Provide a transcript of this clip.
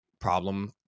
problem